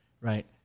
right